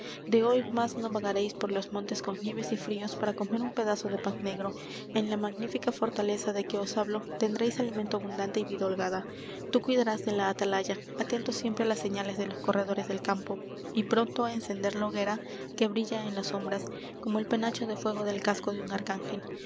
de hoy más no vagaréis por los montes con nieves y fríos para comer un pedazo de pan negro en la magnífica fortaleza de que os hablo tendréis alimento abundante y vida holgada tú cuidarás de la atalaya atento siempre á las señales de los corredores del campo y pronto á encender la hoguera que brilla en las sombras como el penacho de fuego del casco de un arcángel